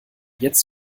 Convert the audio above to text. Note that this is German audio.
jetzt